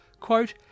Quote